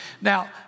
Now